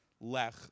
lech